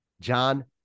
John